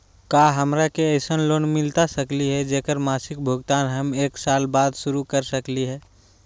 का हमरा के ऐसन लोन मिलता सकली है, जेकर मासिक भुगतान हम एक साल बाद शुरू कर सकली हई?